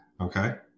Okay